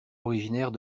originaire